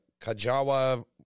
Kajawa